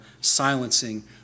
silencing